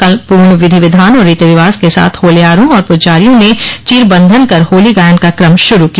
कल पूर्ण विधि विधान और रीति रिवाज के साथ होल्यारों और पुजारियों ने चीर बंधन कर होली गायन का क्रम शुरू किया